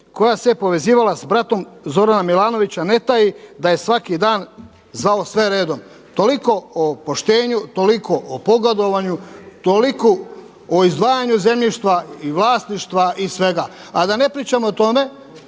koja se povezivala sa bratom Zorana Milanovića ne taji da je svaki dan zvao sve redom. Toliko o poštenju, toliko o pogodovanju, toliko o izdvajanju zemljišta i vlasništva i svega. A da ne pričamo o tome